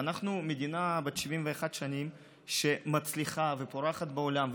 ואנחנו מדינה בת 71 שנים שמצליחה ופורחת בעולם,